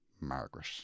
Margaret